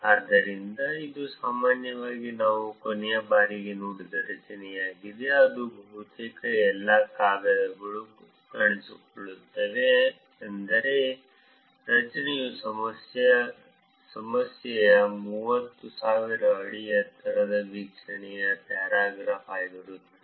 ಆದ್ದರಿಂದ ಇದು ಸಾಮಾನ್ಯವಾಗಿ ನಾವು ಕೊನೆಯ ಬಾರಿಗೆ ನೋಡಿದ ರಚನೆಯಾಗಿದೆ ಅಂದರೆ ಬಹುತೇಕ ಎಲ್ಲಾ ಕಾಗದಗಳು ಕಾಣಿಸಿಕೊಳ್ಳುತ್ತವೆ ಎಂದರೆ ರಚನೆಯು ಸಮಸ್ಯೆಯ 30000 ಅಡಿ ಎತ್ತರದ ವೀಕ್ಷಣೆಯ ಪ್ಯಾರಾಗ್ರಾಫ್ ಆಗಿರುತ್ತದೆ